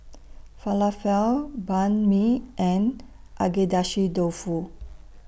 Falafel Banh MI and Agedashi Dofu